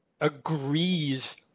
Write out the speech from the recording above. agrees